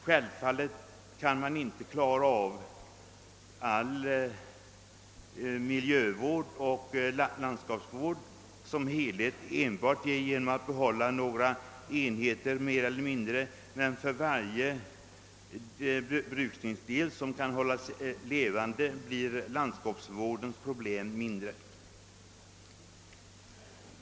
Självfallet kan man inte klara av all miljövård och landskapsvård som helhet enbart genom att behålla några jordbruksenheter mer eller mindre, men för varje brukningsdel som kan hållas levande blir landskapsvårdens problem mindre.